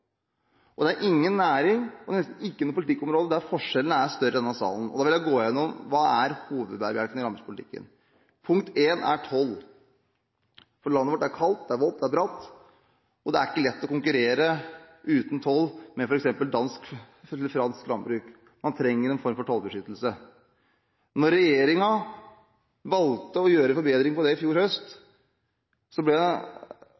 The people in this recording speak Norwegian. Og det er ingen næring og nesten ikke noe politikkområde der forskjellene er større i denne salen. Nå vil jeg gå gjennom hva som er bærebjelkene i landbrukspolitikken: Punkt nr. 1 er toll: Landet vårt er kaldt, vått og bratt, og det er ikke lett å konkurrere med f.eks. dansk eller fransk landbruk uten toll. Man trenger en form for tollbeskyttelse. Etter at regjeringen valgte å gjøre forbedringer på det feltet i fjor høst,